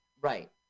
Right